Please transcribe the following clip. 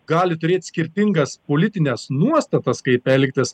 gali turėt skirtingas politines nuostatas kaip elgtis